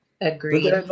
agree